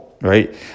right